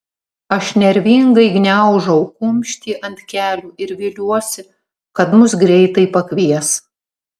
aš nervingai gniaužau kumštį ant kelių ir viliuosi kad mus greitai pakvies